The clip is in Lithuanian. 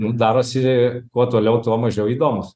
nu darosi kuo toliau tuo mažiau įdomūs